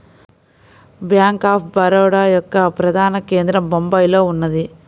bank of Baroda యొక్క ప్రధాన కేంద్రం బొంబాయిలో ఉన్నది